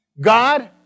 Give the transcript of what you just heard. God